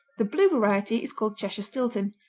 the blue variety is called cheshire-stilton,